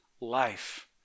life